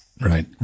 Right